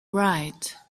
write